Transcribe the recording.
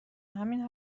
همین